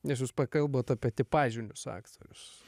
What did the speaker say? nes jūs prakalbot apie tipažinius aktorius